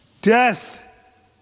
Death